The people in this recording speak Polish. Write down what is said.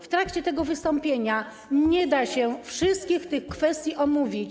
W trakcie tego wystąpienia nie da się wszystkich tych kwestii omówić.